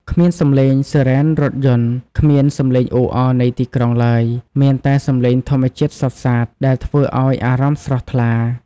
គ្មានសំឡេងស៊ីរ៉ែនរថយន្ត គ្មានសំឡេងអ៊ូអរនៃទីក្រុងឡើយ មានតែសំឡេងធម្មជាតិសុទ្ធសាធ ដែលធ្វើឲ្យអារម្មណ៍ស្រស់ថ្លា។